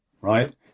right